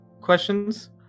questions